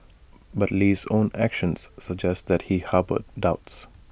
but Lee's own actions suggest that he harboured doubts